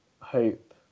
hope